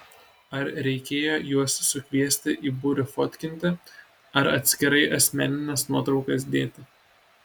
ar reikėjo juos sukviesti į būrį fotkinti ar atskirai asmenines nuotraukas dėti